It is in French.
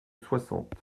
soixante